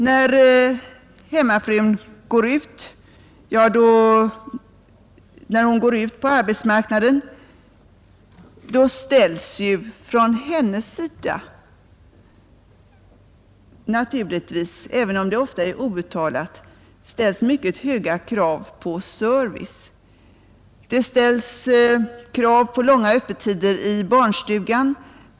När hemmafrun går ut på arbetsmarknaden får hon då behov av service i rik mängd — även om kravet naturligtvis ofta är outtalat. Det ställs krav på långa öppettider i barnstugan.